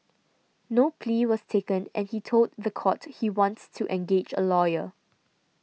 no plea was taken and he told the court he wants to engage a lawyer